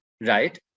Right